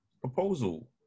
proposal